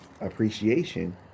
Appreciation